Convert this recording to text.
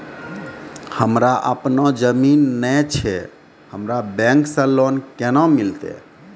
हमरा आपनौ जमीन नैय छै हमरा बैंक से लोन केना मिलतै?